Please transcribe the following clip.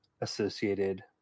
associated